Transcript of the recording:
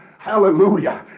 hallelujah